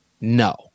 No